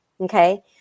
okay